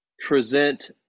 present